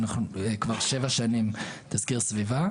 אנחנו כבר שבע שנים בתסקיר סביבה.